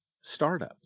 startup